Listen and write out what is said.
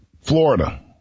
Florida